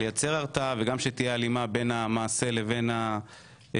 לייצר הרתעה וגם שתהיה הלימה בין המעשה לבין העונש.